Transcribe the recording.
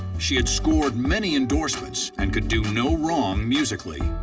she had scored many endorsements and could do no wrong musically.